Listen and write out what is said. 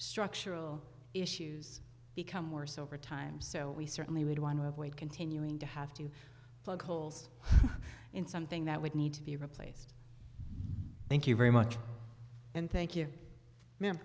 structural issues become worse over time so we certainly would want to avoid continuing to have to plug holes in something that would need to be replaced thank you very much and thank you ma'am